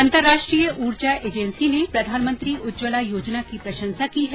अंतर्राष्ट्रीय ऊर्जा एजेंसी ने प्रधानमंत्री उज्ज्वला योजना की प्रशंसा की है